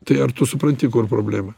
tai ar tu supranti kur problema